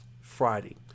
Friday